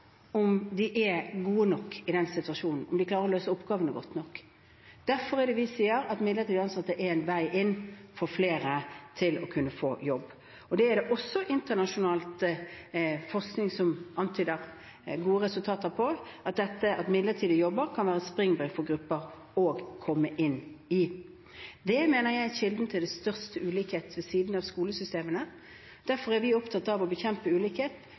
om de er gode nok i situasjonen og klarer å løse oppgavene godt nok. Derfor er det vi sier at midlertidig ansettelse er en vei inn for flere til å kunne få jobb. Det er det også internasjonal forskning som antyder gode resultater på, ved at midlertidige jobber kan være et springbrett for grupper til å komme inn. Dette mener jeg er kilden til den største ulikheten ved siden av skolesystemene. Derfor er vi opptatt av å bekjempe ulikhet